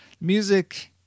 music